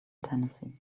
tennessee